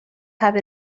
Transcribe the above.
have